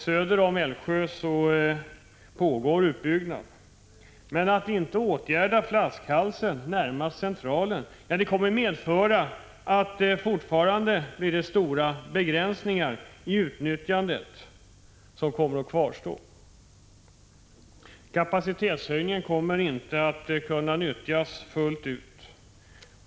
Söder om Älvsjö pågår en utbyggnad, men att inte åtgärda flaskhalsen närmast centralen medför att stora begränsningar i utnyttjandet ändå kommer att kvarstå. Kapacitetshöjningen kommer inte att kunna nyttjas fullt ut.